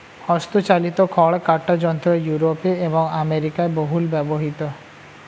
হস্তচালিত খড় কাটা যন্ত্র ইউরোপে এবং আমেরিকায় বহুল ব্যবহৃত